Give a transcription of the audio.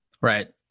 right